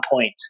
point